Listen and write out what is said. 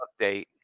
Update